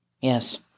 Yes